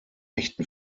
echten